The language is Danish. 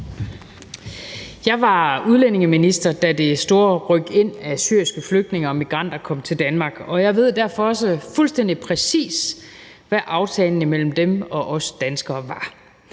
Jeg var udlændingeminister, da det store rykind af syriske flygtninge og migranter kom til Danmark, og jeg ved derfor også fuldstændig præcis, hvad aftalen mellem dem og os danskere var.